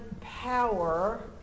power